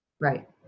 right